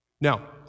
Now